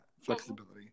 flexibility